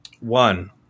One